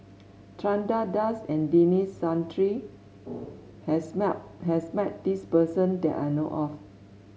Chandra Das and Denis Santry has has met this person that I know of